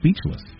speechless